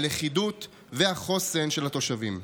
הלכידות והחוסן של התושבים.